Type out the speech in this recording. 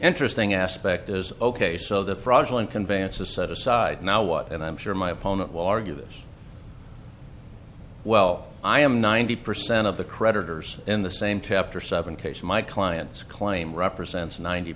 interesting aspect is ok so the fraudulent conveyance is set aside now what and i'm sure my opponent waar give us well i am ninety percent of the creditors in the same tempter seven case my clients claim represents ninety